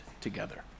together